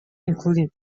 including